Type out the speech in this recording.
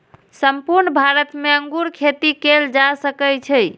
संपूर्ण भारत मे अंगूर खेती कैल जा सकै छै